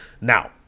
Now